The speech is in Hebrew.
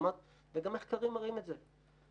וגם מחקרים מראים את זה.